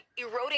eroding